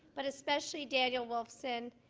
but especially daniel wolfson